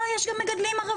לא, יש גם מגדלים ערבים.